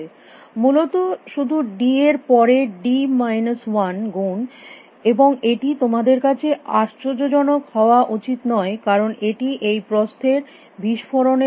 মূলত শুধু ডি এর পরে ডি মাইনাস ওয়ান গুণ এবং এটি তোমাদের কাছে আশ্চর্যজনক হওয়া উচিত নয় কারণ এটি এই প্রস্থের বিস্ফোরণের প্রকৃতি